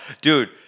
Dude